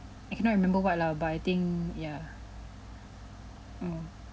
I cannot remember what lah but I think ya mm